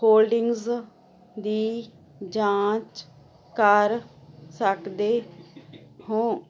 holdings ਦੀ ਜਾਂਚ ਕਰ ਸਕਦੇ ਹੋ